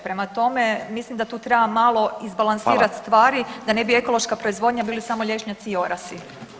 Prema tome mislim da tu treba malo izbalansirati stvari [[Upadica Radin: Hvala.]] da ne bi ekološka proizvodnja bili samo lješnjaci i orasi.